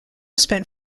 spent